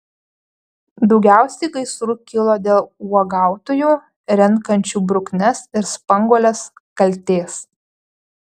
daugiausiai gaisrų kilo dėl uogautojų renkančių bruknes ir spanguoles kaltės